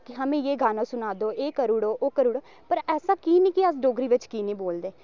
कि हमें यह गाना सुना दो एह् करू उड़ो ओह् करू उड़ो पर ऐसा की नी कि अस डोगरी बिच्च की नी बोलदे